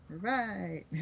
Right